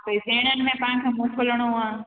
भई सेणनि में पंहिंजा मोकिलिणो आहे